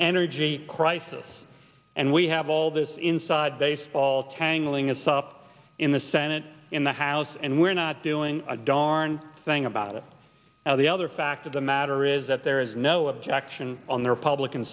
energy crisis and we have all this inside baseball tangling it's up in the senate in the house and we're not doing a darn thing about it now the other fact of the matter is that there is no objection on the republican